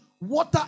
Water